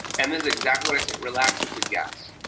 and this is exactly what i say, relax. it's a guess.